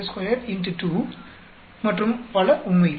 452 X 2 மற்றும் பல உண்மையில்